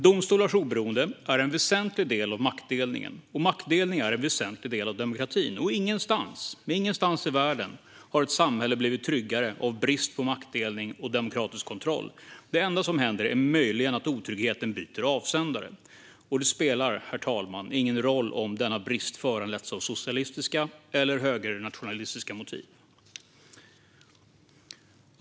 Domstolars oberoende är en väsentlig del av maktdelningen, och maktdelning är en väsentlig del av demokratin. Ingenstans i världen har ett samhälle blivit tryggare av brist på maktdelning och demokratisk kontroll. Det enda som händer är möjligen att otryggheten byter avsändare. Det spelar, herr talman, ingen roll om denna brist föranletts av socialistiska eller högernationalistiska motiv.